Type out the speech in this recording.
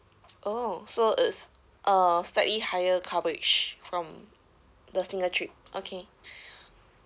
oh so it's uh slightly higher coverage from the single trip okay